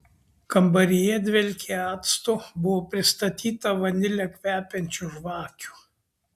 kambaryje dvelkė actu buvo pristatyta vanile kvepiančių žvakių